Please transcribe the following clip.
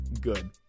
good